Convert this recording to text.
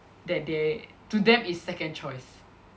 that they to them is second choice